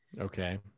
Okay